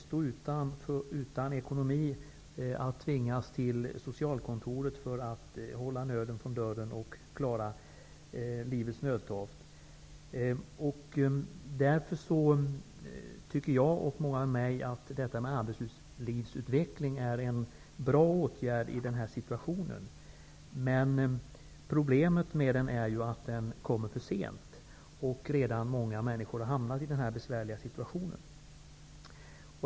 Man står utan ekonomi och tvingas till socialkontoret för att hålla nöden från dörren och klara livets nödtorft. Därför tycker jag, och många med mig, att arbetslivsutveckling är en bra åtgärd i den situationen. Men problemet är att den kommer för sent. Många människor har redan hamnat i en besvärlig situation.